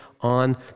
on